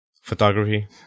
photography